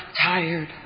tired